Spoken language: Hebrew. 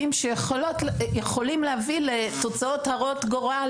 מדויקים שיכולים להביא לתוצאות הרות גורל